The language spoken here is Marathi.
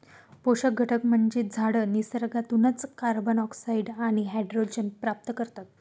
पोषक घटक म्हणून झाडं निसर्गातूनच कार्बन, ऑक्सिजन आणि हायड्रोजन प्राप्त करतात